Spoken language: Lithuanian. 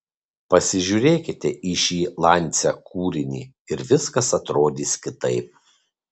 pasižiūrėkite į šį lancia kūrinį ir viskas atrodys kitaip